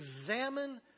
examine